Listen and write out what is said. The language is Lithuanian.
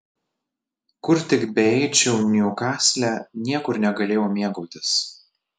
kur tik beeičiau niukasle niekur negalėjau mėgautis